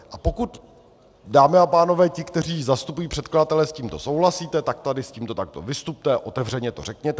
A pokud, dámy a pánové, ti, kteří zastupují předkladatele, s tímto souhlasíte, tak tady s tímto takto vystupte a otevřeně to řekněte.